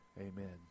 amen